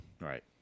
Right